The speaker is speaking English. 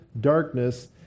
darkness